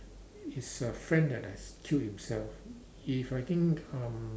he's a friend that has kill himself if I think um